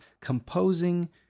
composing